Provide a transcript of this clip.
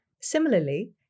Similarly